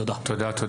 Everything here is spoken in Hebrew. תודה.